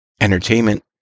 entertainment